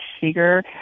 Seeger